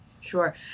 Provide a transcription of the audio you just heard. Sure